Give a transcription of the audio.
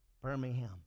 Birmingham